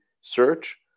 search